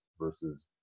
versus